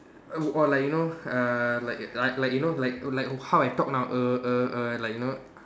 or like you know err like like you know like like how I talk now err err err like you know